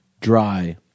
dry